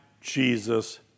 Jesus